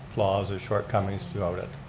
flaws or shortcomings throughout it.